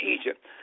Egypt